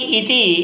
iti